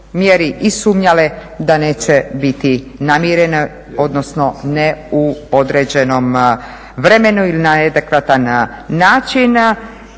i sumnjale da neće biti namirene odnosno ne u određenom vremenu ili na adekvatan način.